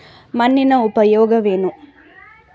ಮಣ್ಣಿನ ಉಪಯೋಗವೇನು?